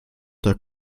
der